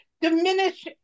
diminish